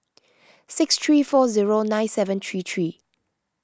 six three four zero nine seven three three